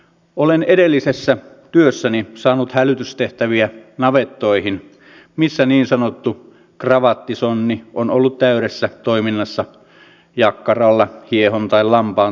olen edellisessä työssäni saanut hälytystehtäviä navettoihin missä niin sanottu kravattisonni on ollut täydessä toiminnassa jakkaralla hiehon tai lampaan takana